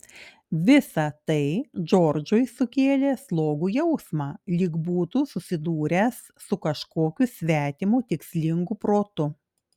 visa tai džordžui sukėlė slogų jausmą lyg būtų susidūręs su kažkokiu svetimu tikslingu protu